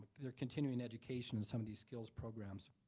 their continuing education and some of these skills programs.